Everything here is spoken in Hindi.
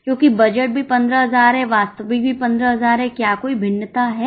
क्योंकि बजट भी 15000 है वास्तविक भी 15000 है क्या कोई भिन्नता है